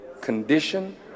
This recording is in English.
condition